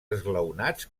esglaonats